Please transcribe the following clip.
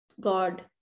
God